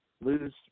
lose